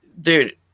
dude